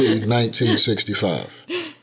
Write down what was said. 1965